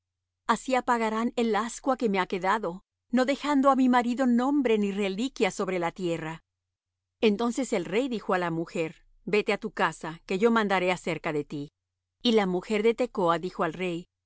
así apagarán el ascua que me ha quedado no dejando á mi marido nombre ni reliquia sobre la tierra entonces el rey dijo á la mujer vete á tu casa que yo mandaré acerca de ti y la mujer de tecoa dijo al rey